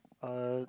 uh